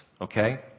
okay